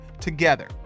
together